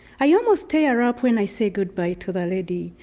i almost tear up when i say goodbye to the lady.